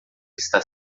está